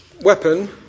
weapon